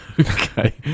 Okay